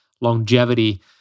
longevity